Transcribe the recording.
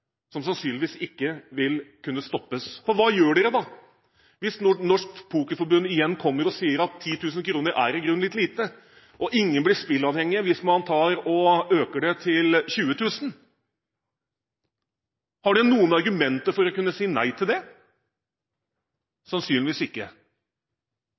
som sannsynligvis ikke vil kunne stoppes. Hva gjør man da, hvis Norsk Pokerforbund igjen kommer og sier at 10 000 kr er i grunnen litt lite, og ingen blir spilleavhengige hvis man øker det til 20 000 kr? Har man noen argumenter for å kunne si nei til det?